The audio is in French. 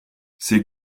c’est